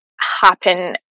happen